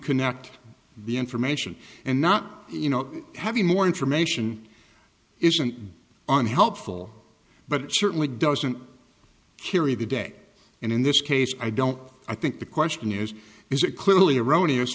connect the information and not you know having more information isn't unhelpful but it certainly doesn't carry the day and in this case i don't i think the question is is it clearly erroneous